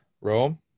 Rome